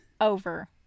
over